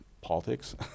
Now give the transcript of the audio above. politics